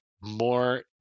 more